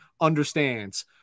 understands